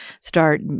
start